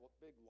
big